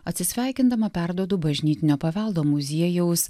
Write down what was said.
atsisveikindama perduodu bažnytinio paveldo muziejaus